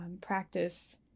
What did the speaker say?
practice